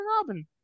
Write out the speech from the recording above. Robin